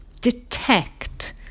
Detect